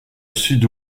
sud